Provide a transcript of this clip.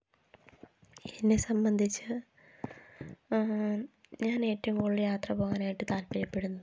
എന്നെ സംബന്ധിച്ച് ഞാൻ ഏറ്റവും കൂടുതല് യാത്ര പോകാനായിട്ട് താൽപര്യപ്പെടുന്നത്